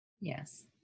Yes